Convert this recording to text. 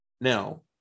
now